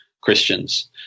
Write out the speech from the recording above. Christians